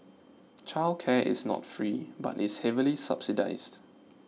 childcare is not free but is heavily subsidised